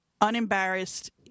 unembarrassed